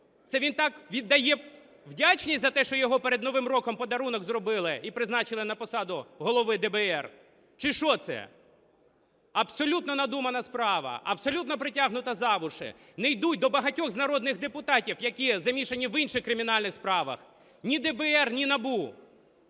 Це він так віддає вдячність за те, що йому перед новим роком подарунок зробили і призначили на посаду Голови ДБР чи що це? Абсолютно надумана справа, абсолютно притягнута за вуха. Не йдуть до багатьох з народних депутатів, які замішані в інших кримінальних справах, ні ДБР, ні НАБУ.